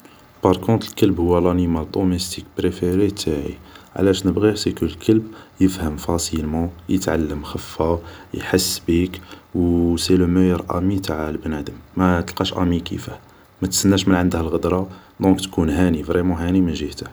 باغ كونتر الكلب هو لانيمال بريفري تاعي علاش نبغيه باسكو الكلب يفهم فاسيلمون يتعلم خفة يحس بيك و سي لو مايور أمي تاع البنادم ماتلقاش امي كيفه متستناش من عنده الغدرة دونك تكون هاني فريمون هاني من جيهته